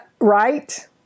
Right